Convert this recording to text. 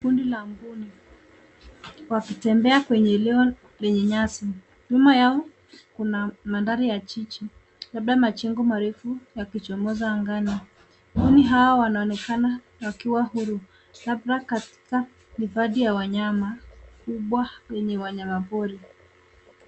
Kundi la mbuni wakitembea kwenye eneo lenye nyasi. Nyuma Yao kuna mandari ya jiji labda majengo marefu yakichomoza angani. Mbuni hao wanaonekana wakiwa huru labda katika ni baadhi ya wanyama kubwa lenye wanyama pori.